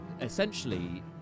essentially